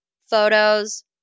photos